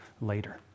later